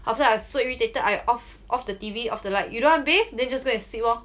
after that I was so irritated I off off the T_V off the light you don't bathe then just go and sleep lor